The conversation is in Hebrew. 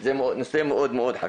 זה נושא מאוד מאוד חשוב,